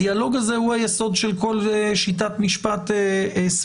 הדיאלוג הזה הוא היסוד של כל שיטת משפט סבירה.